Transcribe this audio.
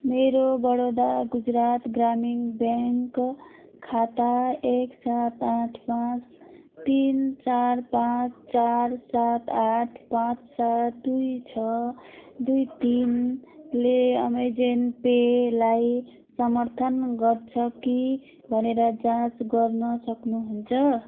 मेरो बडोदा गुजरात ग्रामीण ब्याङ्क खाता एक सात आठ पाँच तिन चार पाँच चार सात आठ पाँच सात दुई छ दुई तिनले अमाजन पेलाई समर्थन गर्छ कि भनेर जाँच गर्न सक्नुहुन्छ